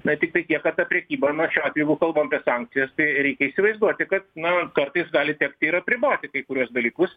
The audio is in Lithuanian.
na tiktai tiek kad ta prekyba na šiuo atveju jeigu kalbam apie sankcijas tai reikia įsivaizduoti kad na kartais gali tekti ir apriboti kai kuriuos dalykus